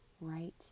right